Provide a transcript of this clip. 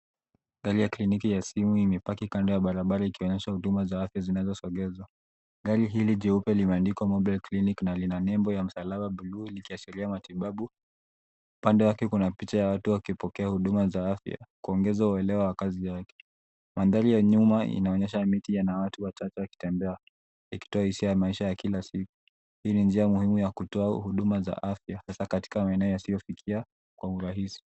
Gari ya kliniki ya simu imepaki kando ya barabara ikionyesha huduma za afya zinazosogezwa. Gari hili jeupe limeandikwa Mobile Clinic na lina nembo ya msalaba bluu likiashiria matibabu. Kando yake kuna picha ya watu waki pokea huduma za afya kuongeza ueleo wa kazi wake. Mandhari ya nyuma inaonyesha miti ina watu wachache waki tembea iki toa hisia ya maisha ya kila siku, hii ni njia muhimu ya kutoa huduma za afya hasa maeneo yasio fikiwa kwa urahisi.